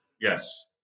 Yes